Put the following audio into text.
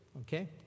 okay